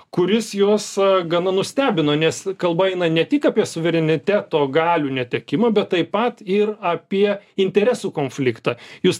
kuris juos gana nustebino nes kalba eina ne tik apie suvereniteto galių netekimą bet taip pat ir apie interesų konfliktą jūs